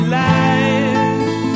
lies